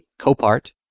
Copart